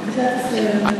בבקשה תסיים.